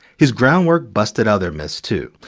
his groundwork busted other myths, too.